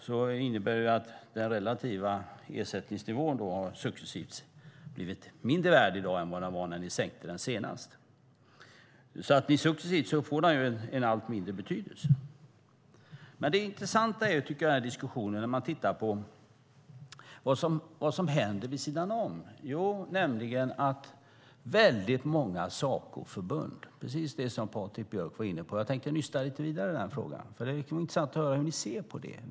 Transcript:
Det innebär att den relativa ersättningsnivå successivt har blivit mindre värd i dag än vad den var när ni sänkte den senast. Den får successivt en allt mindre betydelse. Jag tycker att det intressanta med den här diskussionen är att titta på vad som händer vid sidan om. Patrik Björck var inne på det, och jag tänker nysta lite vidare i den frågan. Det kan vara intressant att höra hur ni ser på det.